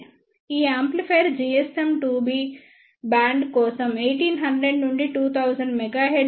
ఈ amplifier GSM 2G band కోసం 1800 నుండి 2000 MHz లేదా 1